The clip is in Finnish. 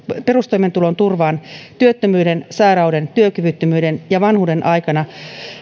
perustoimeentulon turvaan työttömyyden sairauden työkyvyttömyyden ja vanhuuden aikana